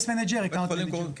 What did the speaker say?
מנהלי תיקים, מנהלי משתמשים.